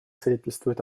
свидетельствует